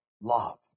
love